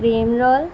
cream role